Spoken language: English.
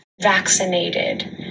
vaccinated